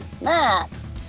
Max